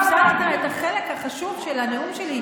הפסדת את החלק החשוב של הנאום שלי,